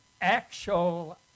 actual